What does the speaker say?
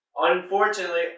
Unfortunately